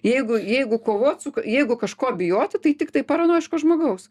jeigu jeigu kovot su jeigu kažko bijoti tai tiktai paranojiško žmogaus